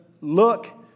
look